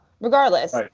Regardless